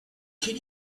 can